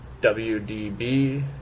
W-D-B